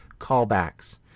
callbacks